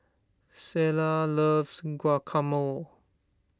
Selah loves Guacamole